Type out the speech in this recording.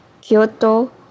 Kyoto